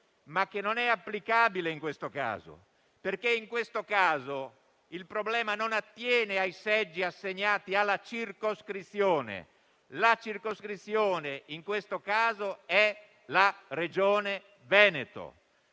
ma non applicabile in questo caso, perché nella fattispecie in esame il problema non attiene ai seggi assegnati alla circoscrizione. La circoscrizione, in questo caso, è la Regione Veneto,